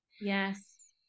Yes